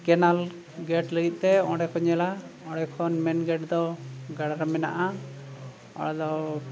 canal gate ᱞᱟᱹᱜᱤᱫᱼᱛᱮ ᱚᱸᱰᱮ ᱠᱚ ᱧᱮᱞᱟ ᱚᱸᱰᱮᱠᱷᱚᱱ ᱢᱮᱱ ᱜᱮᱴ ᱫᱚ ᱜᱟᱰᱟᱨᱮ ᱢᱮᱱᱟᱜᱼᱟ ᱚᱸᱰᱮ ᱫᱚ